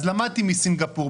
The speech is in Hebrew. אז למדתי מסינגפור.